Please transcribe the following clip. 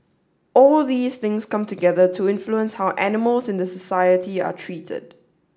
all these things come together to influence how animals in the society are treated